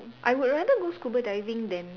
I would rather go scuba diving than